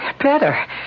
Better